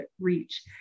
reach